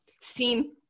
seen